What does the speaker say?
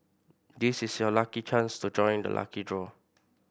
this is your lucky chance to join the lucky draw